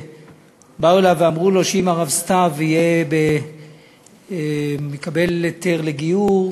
שבאו אליו ואמרו לו שאם הרב סתיו יקבל היתר לגיור,